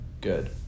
good